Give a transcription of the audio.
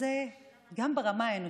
זה גם ברמה האנושית,